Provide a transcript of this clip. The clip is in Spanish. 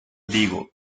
digo